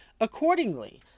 accordingly